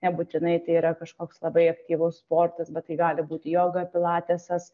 nebūtinai tai yra kažkoks labai aktyvus sportas bet tai gali būt joga pilatesas